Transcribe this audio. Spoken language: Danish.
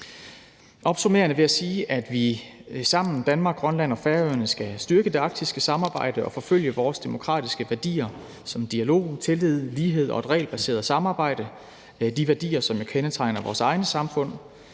Opsummerende vil jeg sige, at vi sammen – Danmark, Grønland og Færøerne – skal styrke det arktiske samarbejde og forfølge vores demokratiske værdier som dialog, tillid, lighed og et regelbaseret samarbejde, altså de værdier, som jo kendetegner vores egne samfund.